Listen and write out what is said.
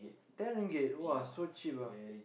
ten ringgit !wah! so cheap ah